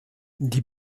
die